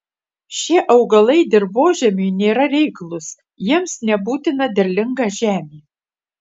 šie augalai dirvožemiui nėra reiklūs jiems nebūtina derlinga žemė